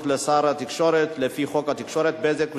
לשר התקשורת לפי חוק התקשורת (בזק ושידורים),